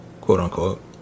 quote-unquote